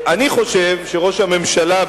אני חושב שראש הממשלה,